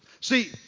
See